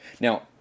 Now